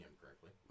correctly